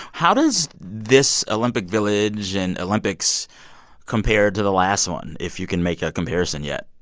how does this olympic village and olympics compare to the last one, if you can make a comparison yet?